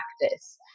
practice